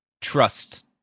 trust